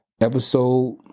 episode